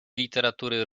literatury